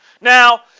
Now